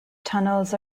tunnels